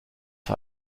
war